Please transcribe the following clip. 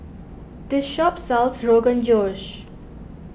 this shop sells Rogan Josh